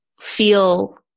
feel